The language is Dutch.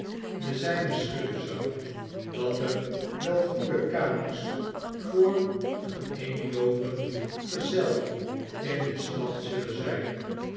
de zjjne schudden zou dat er wel goede kamers voor een eenloopend gezel in de stad zullen zijn